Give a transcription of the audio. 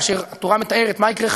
כאשר התורה מתארת מה יקרה,